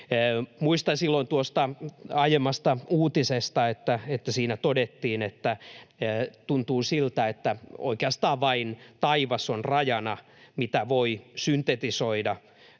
Muistan silloin tuosta aiemmasta uutisesta, että siinä todettiin, että tuntuu siltä, että oikeastaan vain taivas on rajana siinä, mitä voi syntetisoida